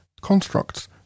constructs